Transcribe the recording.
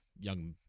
young